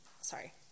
Sorry